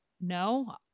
no